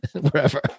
wherever